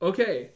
Okay